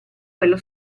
quello